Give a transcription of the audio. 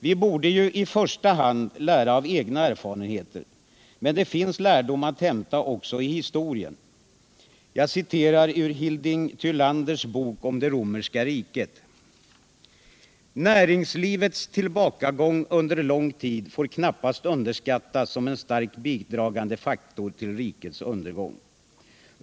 Vi borde lära i första hand av egna erfarenheter, men det finns lärdom att hämta också i historien. Jag vill citera ur Hilding Thylanders bok om det romerska riket: ”Näringslivets tillbakagång under lång tid får knappast underskattas som en starkt bidragande faktor till rikets undergång.